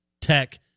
Tech